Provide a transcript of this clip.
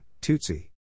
Tootsie